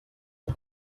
the